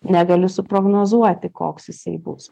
negaliu suprognozuoti koks jisai bus